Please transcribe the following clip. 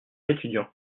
étudiant